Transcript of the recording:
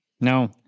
No